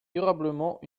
durablement